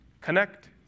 Connect